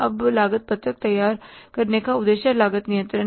अब लागत पत्रक तैयार करने का उद्देश्य लागत नियंत्रण है